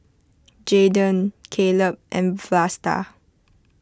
Jaydon Caleb and Vlasta